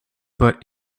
but